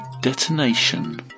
detonation